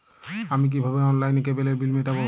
আমি কিভাবে অনলাইনে কেবলের বিল মেটাবো?